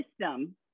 system